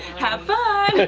have fun.